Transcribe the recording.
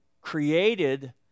created